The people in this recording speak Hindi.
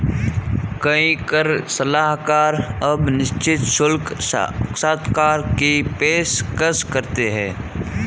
कई कर सलाहकार अब निश्चित शुल्क साक्षात्कार की पेशकश करते हैं